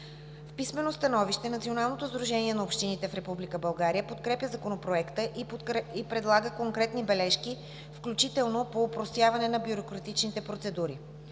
В писмено становище Националното сдружение на общините в Република България подкрепя Законопроекта и предлага конкретни бележки, включително по опростяване на бюрократичните процедури.